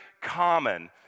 common